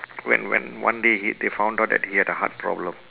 when when one day he they found out that he had a heart problem